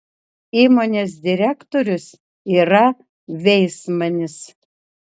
įmonės direktorius yra veismanis